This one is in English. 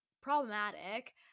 problematic